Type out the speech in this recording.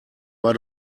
war